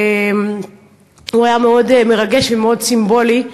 והוא היה מאוד מרגש ומאוד סימבולי,